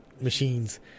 machines